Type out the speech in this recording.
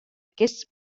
aquests